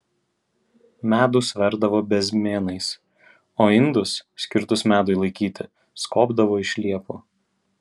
medų sverdavo bezmėnais o indus skirtus medui laikyti skobdavo iš liepų